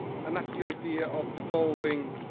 and that's the idea of devolving